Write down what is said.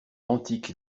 antique